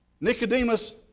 Nicodemus